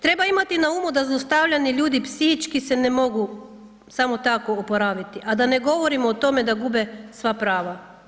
Treba imati na umu da zlostavljani ljudi psihički se ne mogu samo tako oporaviti a da ne govorimo o tome da gube sva prava.